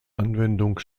anwendung